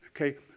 Okay